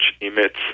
emits